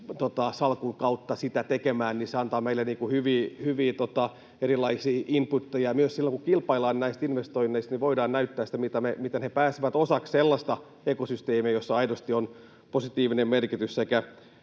salkun kautta sitä tekemään, niin se antaa meille erilaisia hyviä inputeja. Myös silloin, kun kilpaillaan näistä investoinneista, voidaan näyttää, miten he pääsevät osaksi sellaista ekosysteemiä, jolla aidosti on positiivinen merkitys sekä